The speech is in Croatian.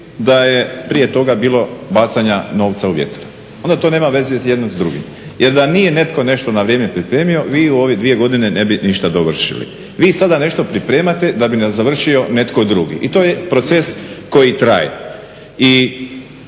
da je prije toga bilo bacanja novca u vjetar. Onda to nema veze jedno s drugim. Jer da nije netko nešto na vrijeme pripremio vi u ove dvije godine ne bi ništa dovršili. Vi sada nešto pripremate da bi završio netko drugi i to je proces koji traje. I